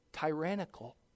tyrannical